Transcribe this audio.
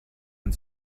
ein